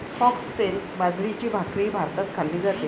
foxtail बाजरीची भाकरीही भारतात खाल्ली जाते